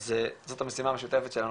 אז זאת המשימה המשותפת שלנו,